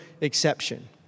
exception